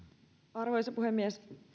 arvoisa puhemies